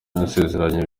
nasezeranye